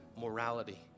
morality